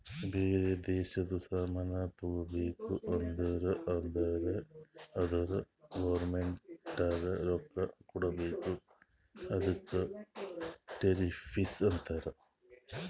ಬೇರೆ ದೇಶದು ಸಾಮಾನ್ ತಗೋಬೇಕು ಅಂದುರ್ ಅದುರ್ ಗೌರ್ಮೆಂಟ್ಗ ರೊಕ್ಕಾ ಕೊಡ್ಬೇಕ ಅದುಕ್ಕ ಟೆರಿಫ್ಸ್ ಅಂತಾರ